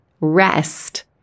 rest